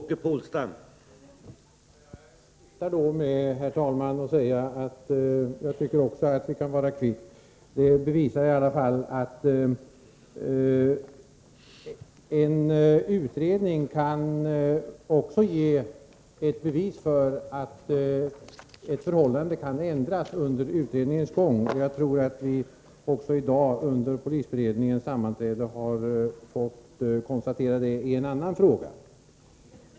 Herr talman! Jag tycker också att vi kan vara kvitt. Detta bevisar att ett visst förhållande kan ändras under en utrednings gång. Vi har under polisberedningens sammanträde i dag kunnat konstatera detta också i en annan fråga.